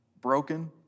broken